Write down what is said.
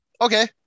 okay